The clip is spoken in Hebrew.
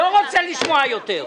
אני לא רוצה לשמוע יותר.